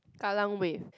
Kallang Wave